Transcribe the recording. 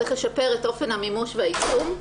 צריך לשפר את אופן המימוש והיישום,